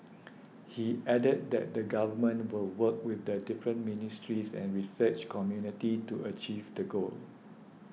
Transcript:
he added that the Government will work with the different ministries and research community to achieve the goal